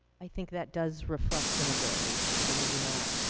i think that does reflect the majority so we do not,